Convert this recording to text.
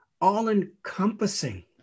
all-encompassing